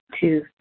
two